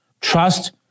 Trust